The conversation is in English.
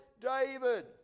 David